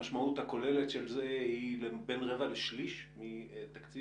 המשמעות הכוללת של זה היא בין רבע לשליש מהתקציב.